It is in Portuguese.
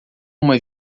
uma